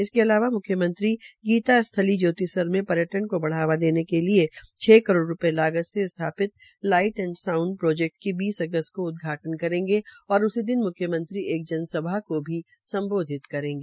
इसके अलावा म्ख्यमंत्री गीता स्थली ज्योतिसर में पर्यटन को बढ़ावा देने के लिए छ करोड़ रूपये से स्थापित लाईट एंड साउंड प्रोजेक्ट का बीस अगस्त को उदघाटन करेंगे और उसी दिन म्ख्यमंत्री एक जन सभा भी सम्बोधित करेगी